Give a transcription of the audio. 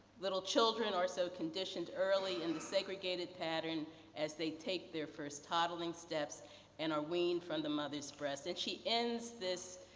little children are so conditioned early in segregated pattern as they take their first toddling steps and are weaned from the mother's breast. and, she ends this,